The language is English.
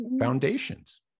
foundations